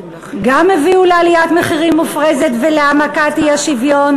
גם הביאו לעליית מחירים מופרזת ולהעמקת האי-שוויון,